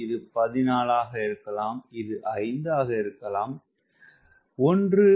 இது 14 ஆக இருக்கலாம் இது 5 ஆக இருக்கலாம் 1 0